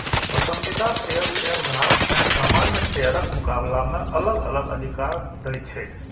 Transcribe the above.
पसंदीदा शेयर शेयरधारक कें सामान्य शेयरक मुकाबला मे अलग अलग अधिकार दै छै